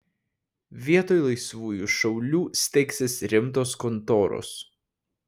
vietoj laisvųjų šaulių steigsis rimtos kontoros